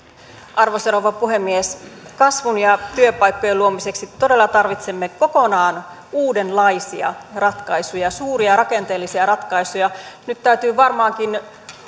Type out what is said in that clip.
arvoisa rouva puhemies kasvun ja työpaikkojen luomiseksi todella tarvitsemme kokonaan uudenlaisia ratkaisuja suuria rakenteellisia ratkaisuja nyt täytyy varmaankin